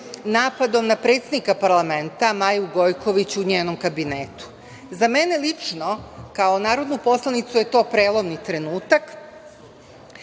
napadom na predsednika parlamenta Maju Gojković u njenom kabinetu.Za mene lično, kao narodnu poslanicu je to prelomni trenutak